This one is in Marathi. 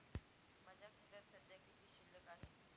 माझ्या खात्यात सध्या किती शिल्लक आहे?